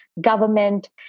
government